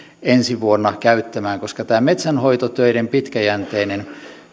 ensi vuonna käyttämään koska tämä metsänhoitotöiden pitkäjänteinen